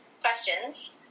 questions